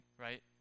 right